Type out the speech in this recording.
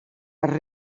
als